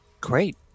Great